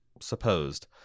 Supposed